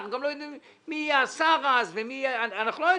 אנחנו גם לא יודעים מי יהיה השר אז ומי יהיה אנחנו לא יודעים.